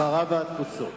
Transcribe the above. לא, ההסברה והתפוצות.